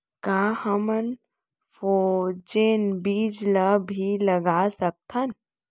का हमन फ्रोजेन बीज ला भी लगा सकथन?